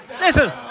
Listen